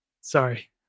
Sorry